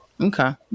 okay